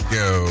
go